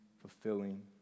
fulfilling